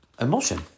emotion